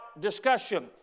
discussion